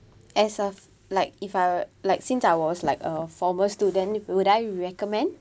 as of like if I like since I was like a former students would I recommend